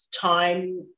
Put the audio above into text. time